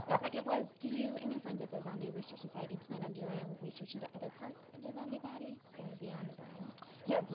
the second was, do you and your friends at the zombie research society plan on doing research into other parts of the zombie body, so beyond the brain? yeah timothy